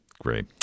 great